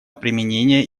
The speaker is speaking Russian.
применение